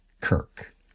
Kirk